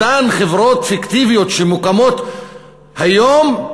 אותן חברות פיקטיביות שמוקמות היום,